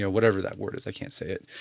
ah whatever that word is i can't say it